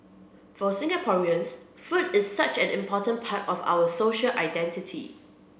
for Singaporeans food is such an important part of our social identity